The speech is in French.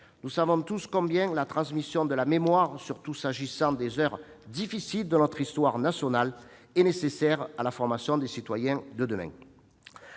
Nous savons tous combien la transmission de la mémoire, surtout s'agissant des heures difficiles de notre histoire nationale, est nécessaire à la formation des citoyens de demain.